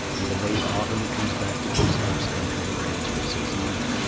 in the late autumn he comes back to glooskap's country and reigns for six months,